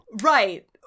Right